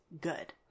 good